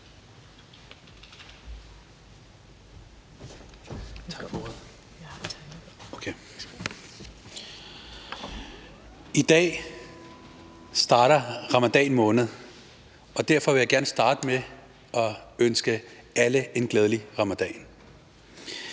I dag starter ramadanmåneden, og derfor vil jeg gerne starte med at ønske alle en glædelig ramadan.